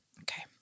okay